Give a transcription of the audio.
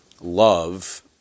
love